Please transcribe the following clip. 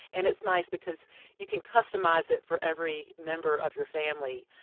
and it's nice because you can customize it for every member of your family.